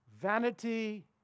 Vanity